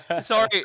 sorry